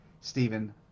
Stephen